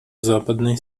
западной